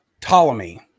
ptolemy